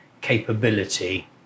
capability